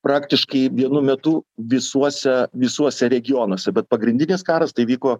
praktiškai vienu metu visuose visuose regionuose bet pagrindinis karas tai vyko